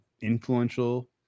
influential